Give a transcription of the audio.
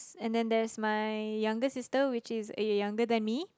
and there is my younger sister which is younger than me